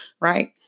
right